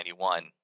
1991